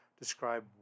describe